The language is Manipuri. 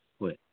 ꯍꯣꯏ